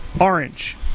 Orange